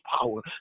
power